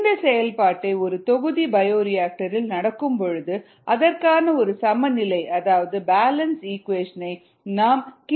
இந்த செயல்பாட்டை ஒரு தொகுதி பயோரியாக்டர் இல் நடக்கும் பொழுது அதற்கான ஒரு சமநிலையை அதாவது பேலன்ஸ் இக்வேஷனை நாம் கீழ்க்கண்டவாறு எழுதினோம்